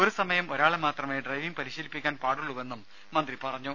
ഒരുസമയം ഒരാളെ മാത്രമേ ഡ്രൈവിംഗ് പരിശീലിപ്പിക്കാൻ പാടുള്ളൂവെന്നും മന്ത്രി പറഞ്ഞു